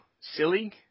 silly